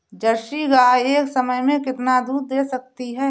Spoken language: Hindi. जर्सी गाय एक समय में कितना दूध दे सकती है?